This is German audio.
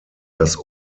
das